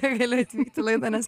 kai gali atvykt į laidą nes